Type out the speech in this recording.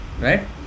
Right